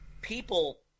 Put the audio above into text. people